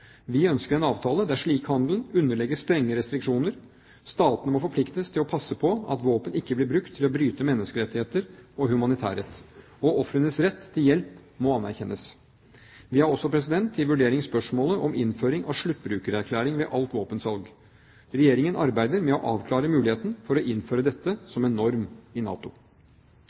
Vi ønsker en avtale der slik handel underlegges strenge restriksjoner. Statene må forpliktes til å passe på at våpen ikke blir brukt til å bryte menneskerettigheter og humanitærrett. Og ofrenes rett til hjelp må anerkjennes. Vi har også til vurdering spørsmålet om innføring av sluttbrukererklæring ved alt våpensalg. Regjeringen arbeider med å avklare muligheten for å innføre dette som en norm i NATO.